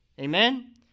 Amen